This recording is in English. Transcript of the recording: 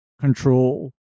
control